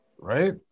Right